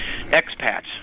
expats